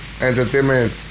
entertainment